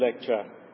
lecture